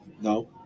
No